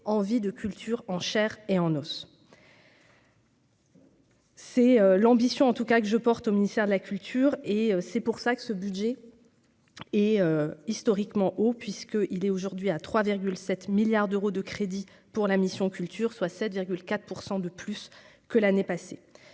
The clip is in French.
envie de culture en Chair et en os. C'est l'ambition, en tout cas que je porte au ministère de la culture et c'est pour ça que ce budget est historiquement haut puisque il est aujourd'hui à 3 7 milliards d'euros de crédits pour la mission culture soit 7,4 pour 100 de plus que l'année passée,